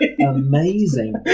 amazing